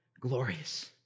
glorious